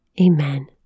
Amen